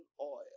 oil